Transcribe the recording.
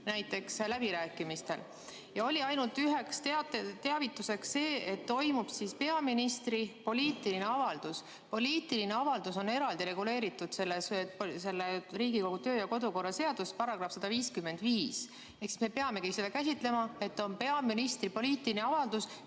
näiteks läbirääkimistel. Oli ainult üks teavitus, et toimub peaministri poliitiline avaldus. Poliitiline avaldus on eraldi reguleeritud Riigikogu kodu‑ ja töökorra seaduse §‑s 155. Ehk me peamegi seda käsitlema nii, et on peaministri poliitiline avaldus,